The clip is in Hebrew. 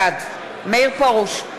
בעד מאיר פרוש,